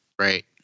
right